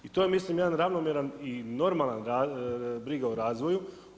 I to je mislim jedan ravnomjeran i normalan briga o razvoju.